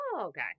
okay